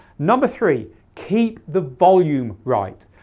number three, keep the volume right.